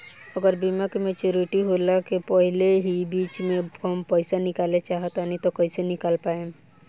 अगर बीमा के मेचूरिटि होला के पहिले ही बीच मे हम पईसा निकाले चाहेम त कइसे निकाल पायेम?